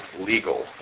legal